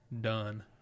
done